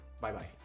Bye-bye